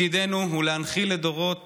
תפקידנו הוא להנחיל לדורות